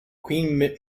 queen